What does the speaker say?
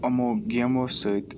یِمو گیمو سۭتۍ